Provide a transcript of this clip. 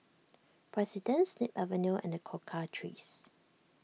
President Snip Avenue and the Cocoa Trees